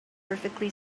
perfectly